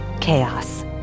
chaos